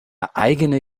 eigene